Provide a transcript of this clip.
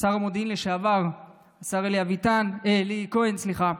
שר המודיעין לשעבר השר אלי אביטן, אלי כהן, סליחה,